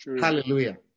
Hallelujah